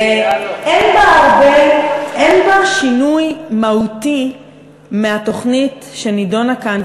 אין בה שינוי מהותי מהתוכנית שנדונה כאן,